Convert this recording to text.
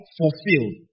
fulfilled